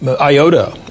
iota